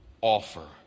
offer